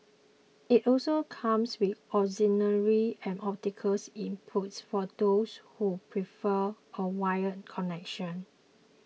it also comes with auxiliary and optical inputs for those who prefer a wired connection